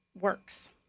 works